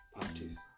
parties